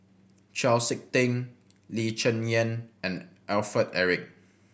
Chau Sik Ting Lee Cheng Yan and Alfred Eric